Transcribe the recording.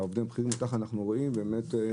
ישבנו עם חברת חוצה ישראל שהיא בעלת הזיכיון על כביש שש